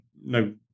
no